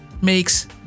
makes